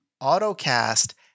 auto-cast